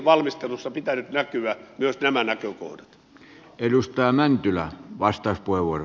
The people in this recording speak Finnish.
valmistelussa olisi pitänyt näkyä myös näiden näkökoh tien